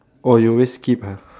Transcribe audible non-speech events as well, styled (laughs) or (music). oh you always skip !huh! (laughs)